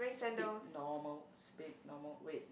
speak normal speak normal wait